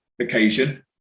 occasion